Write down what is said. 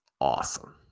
awesome